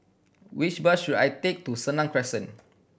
which bus should I take to Senang Crescent